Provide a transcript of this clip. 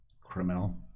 Criminal